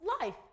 life